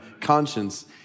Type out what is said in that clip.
conscience